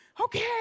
okay